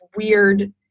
weird